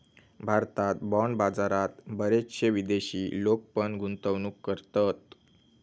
भारतात बाँड बाजारात बरेचशे विदेशी लोक पण गुंतवणूक करतत